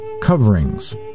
coverings